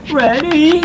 ready